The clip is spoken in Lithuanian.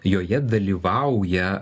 joje dalyvauja